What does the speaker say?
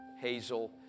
Hazel